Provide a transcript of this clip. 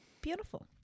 Beautiful